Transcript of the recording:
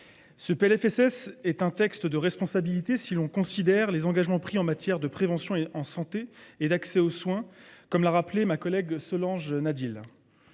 ce PLFSS est un texte de responsabilité, si l’on considère les engagements pris en matière de prévention en santé et d’accès aux soins, comme l’a rappelé ma collègue Solanges Nadille.